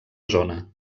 zona